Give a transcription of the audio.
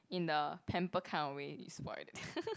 in the pamper kind of way is spoilt